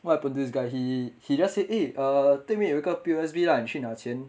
what happened this guy he he just say eh err 对面有一个 P_O_S_B lah 你去拿钱